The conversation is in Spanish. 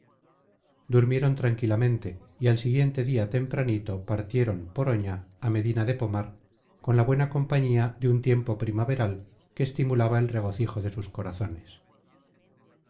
durmieron tranquilamente y al siguiente día tempranito partieron por oña a medina de pomar con la buena compañía de un tiempo primaveral que estimulaba el regocijo de sus corazones